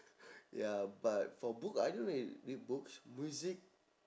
ya but for book I don't really read books music